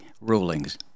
rulings